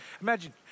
imagine